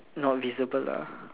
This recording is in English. not visible ah